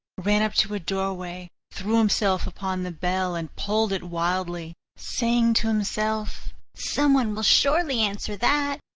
ran up to a doorway, threw himself upon the bell, and pulled it wildly, saying to himself someone will surely answer that!